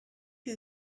who